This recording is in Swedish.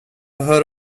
hör